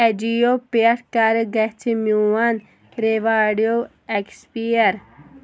اٮ۪جیٖو پٮ۪ٹھ کَرٕ گژھِ میون رِواڈیو اٮ۪کسپِیَر